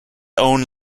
own